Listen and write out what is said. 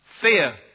Fear